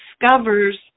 discovers